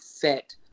fit